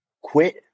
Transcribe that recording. Quit